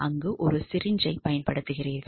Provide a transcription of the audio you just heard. அங்கு ஒரு சிரிஞ்சைப் பயன்படுத்துகிறீர்கள்